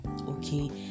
Okay